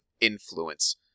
influence